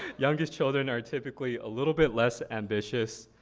youngest children are typically a little bit less ambitious,